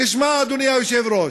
תשמע, אדוני היושב-ראש,